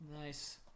Nice